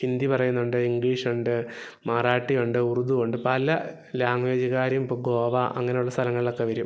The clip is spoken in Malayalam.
ഹിന്ദി പറയുന്നുണ്ട് ഇംഗ്ലീഷുണ്ട് മറാട്ടി ഉണ്ട് ഉറുദു ഉണ്ട് പല ലാംഗ്വേജുകാരും ഇപ്പോള് ഗോവ അങ്ങനുള്ള സ്ഥലങ്ങളിലൊക്കെ വരും